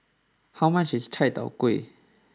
how much is Chai Tow Kuay